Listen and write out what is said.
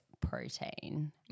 protein